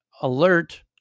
alert